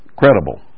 credible